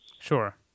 Sure